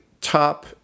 top